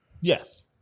Yes